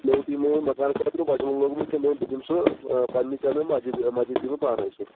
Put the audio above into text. نوٚو ٹیٖن اوٚنمُت مُکان خٲطرٕ بچیوومُت تٔمۍ دوٚپ بہٕ دِمہٕ سُہ پَننہِ چَنٛدٕ مَسجدِ مَسجدِ دِمہٕ بہٕ پانے سُہ